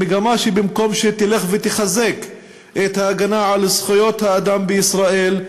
מגמה שבמקום שתלך ותחזק את ההגנה על זכויות האדם בישראל,